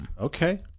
Okay